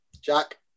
Jack